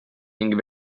ning